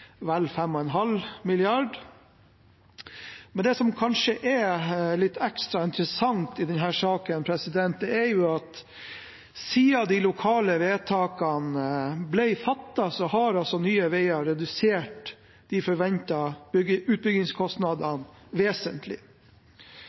vel 15 mrd. kr. Bompengebidraget er vel 5,5 mrd. kr. Men det som kanskje er litt ekstra interessant i denne saken, er at siden de lokale vedtakene ble fattet, har altså Nye Veier redusert de